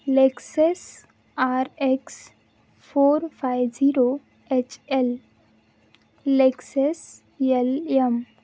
Lexus RX four five zero H L Lexus L M